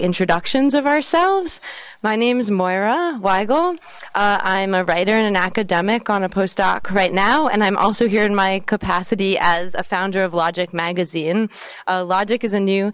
introductions of ourselves my name is moira weigel i'm a writer in an academic on a postdoc right now and i'm also here in my capacity as a founder of logic magazine logic is a new